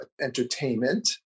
entertainment